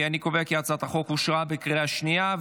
אני קובע כי הצעת החוק אושרה בקריאה השנייה.